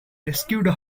rescued